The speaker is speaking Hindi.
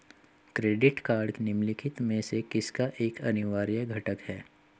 क्रेडिट कार्ड निम्नलिखित में से किसका एक अनिवार्य घटक है?